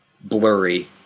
blurry